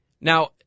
Now